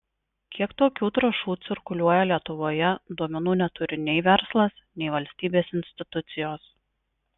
kiek tokių trąšų cirkuliuoja lietuvoje duomenų neturi nei verslas nei valstybės institucijos